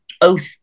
oath